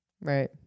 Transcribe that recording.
Right